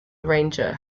arranger